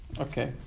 Okay